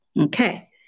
Okay